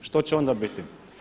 Što će onda biti?